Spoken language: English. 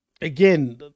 again